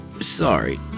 sorry